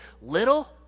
little